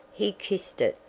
he kissed it,